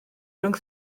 rhwng